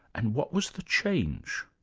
and what was the change?